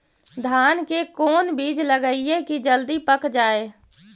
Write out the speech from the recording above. धान के कोन बिज लगईयै कि जल्दी पक जाए?